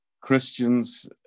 Christians